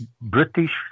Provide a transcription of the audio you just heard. British